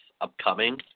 upcoming